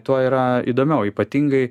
tuo yra įdomiau ypatingai